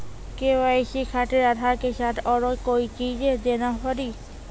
KYC खातिर आधार के साथ औरों कोई चीज देना पड़ी?